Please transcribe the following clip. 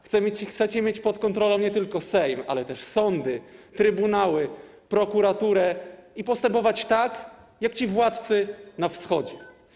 Chcecie mieć pod kontrolą nie tylko Sejm, ale też sądy, trybunały, prokuraturę i postępować tak, jak władcy na Wschodzie.